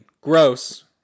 Gross